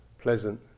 pleasant